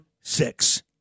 six